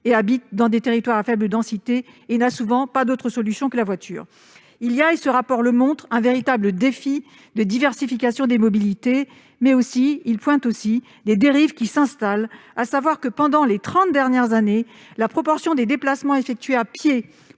et habite dans des territoires à faible densité et n'a souvent pas d'autre solution que la voiture. Ce rapport le montre, nous sommes face à un véritable défi de diversification des mobilités. Il pointe aussi les dérives qui s'installent : ainsi, pendant les trente dernières années, la proportion des déplacements effectués à pied